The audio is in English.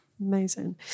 amazing